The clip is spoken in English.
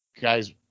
Guys